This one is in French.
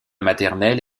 maternelle